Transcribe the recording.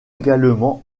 également